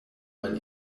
man